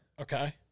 Okay